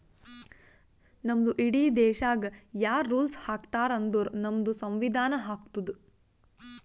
ನಮ್ದು ಇಡೀ ದೇಶಾಗ್ ಯಾರ್ ರುಲ್ಸ್ ಹಾಕತಾರ್ ಅಂದುರ್ ನಮ್ದು ಸಂವಿಧಾನ ಹಾಕ್ತುದ್